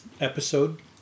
episode